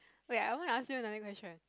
wait I want to ask you a naughty question